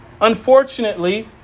Unfortunately